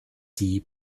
die